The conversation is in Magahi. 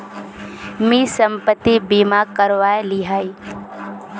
मी संपत्ति बीमा करवाए लियाही